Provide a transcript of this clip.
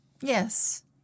Yes